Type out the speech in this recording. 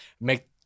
make